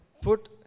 put